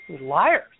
liars